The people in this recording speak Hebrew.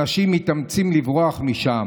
אנשים מתאמצים לברוח משם,